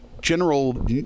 general